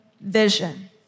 vision